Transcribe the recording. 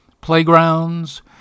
playgrounds